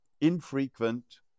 infrequent